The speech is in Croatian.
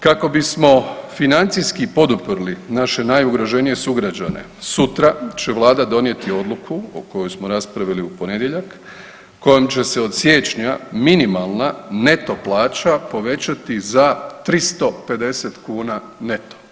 Kako bismo financijski poduprli naše najugroženije sugrađane sutra će Vlada donijeti odluku koju smo raspravili u ponedjeljak kojom će se od siječnja minimalna neto plaća povećati za 350 kuna neto.